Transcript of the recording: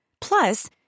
Plus